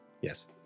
Yes